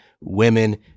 women